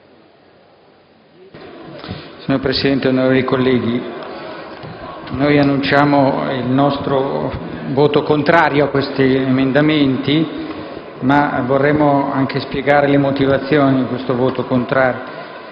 Signora Presidente, onorevoli colleghi, annunciando il nostro voto contrario a questi emendamenti, vorremmo anche spiegare le motivazioni di un tale voto. Stiamo